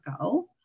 go